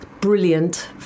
Brilliant